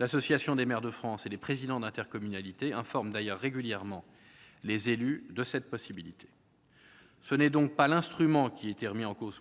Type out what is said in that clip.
L'Association des maires de France et des présidents d'intercommunalité informe d'ailleurs régulièrement les élus de cette possibilité. Ce n'est donc pas l'instrument qui a été remis en cause,